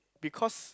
because